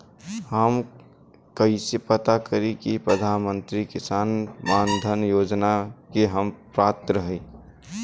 हम कइसे पता करी कि प्रधान मंत्री किसान मानधन योजना के हम पात्र हई?